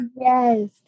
Yes